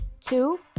Two